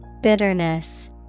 Bitterness